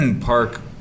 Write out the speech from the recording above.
Park